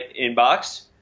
inbox